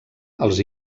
els